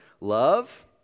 Love